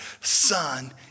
Son